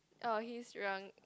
oh he's drunk